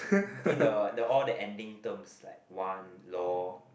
I think the the all the ending terms like one lor